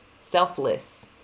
selfless